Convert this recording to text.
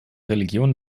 religion